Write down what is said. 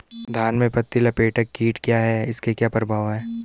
धान में पत्ती लपेटक कीट क्या है इसके क्या प्रभाव हैं?